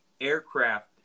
aircraft